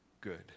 good